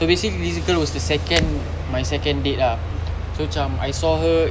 so basically this girl was the second my second date ah so cam I saw her